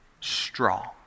strong